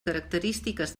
característiques